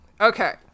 Okay